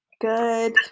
good